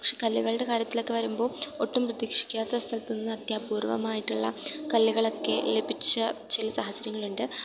പക്ഷെ കല്ലുകളുടെ കാര്യത്തിലൊക്കെ വരുമ്പോൾ ഒട്ടും പ്രതീക്ഷിക്കാത്ത സ്ഥലത്ത് നിന്ന് അത്യപൂർവ്വമായിട്ടുള കല്ലുകളൊക്കെ ലഭിച്ച ചില സാഹചര്യങ്ങളുണ്ട്